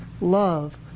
love